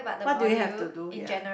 what do you have to do ya